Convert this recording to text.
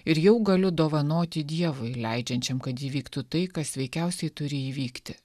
ir jau galiu dovanoti dievui leidžiančiam kad įvyktų tai kas veikiausiai turi įvykti